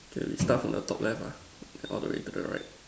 okay we start from the top left ah then all the way to the right